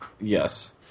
Yes